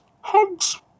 Hugs